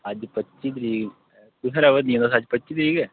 अज्ज पच्ची तरीक कुत्थै रवै नी ओ तुस अज्ज पच्ची तरीक ऐ